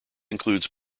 includes